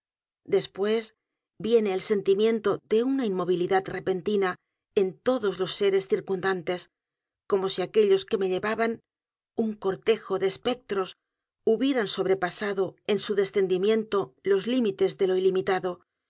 después viene el sentimiento de una inmovilidad repentina en todos los seres circundantes como si aquellos que me llevaban u n cortejo de espectros hubieran sobrepasado en su descendimiento los límites de lo ilimitado